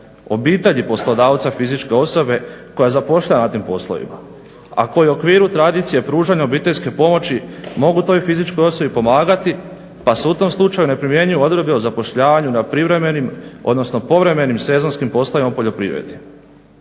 obitelji poslodavca fizičke osobe koja zapošljava na tim poslovima, a koji u okviru tradicije pružanja obiteljske pomoći mogu toj fizičkoj osobi pomagati pa se u tom slučaju ne primjenjuju odredbe o zapošljavanju na privremenim, odnosno povremenim sezonskim poslovima u poljoprivredi.